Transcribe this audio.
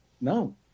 no